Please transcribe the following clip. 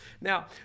Now